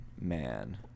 man